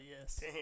yes